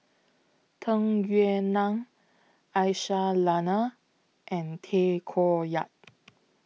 Tung Yue Nang Aisyah Lyana and Tay Koh Yat